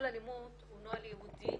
נוהל ייעודי